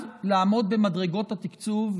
אני בעד לעמוד במדרגות התקצוב,